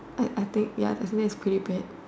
I I think ya definitely is pretty bad